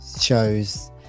shows